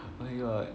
oh my god